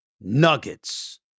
Nuggets